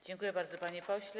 Dziękuję bardzo, panie pośle.